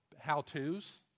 how-tos